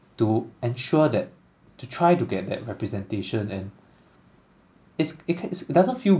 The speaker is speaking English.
to ensure that to try to get that representation and it's it can it doesn't feel